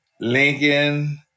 Lincoln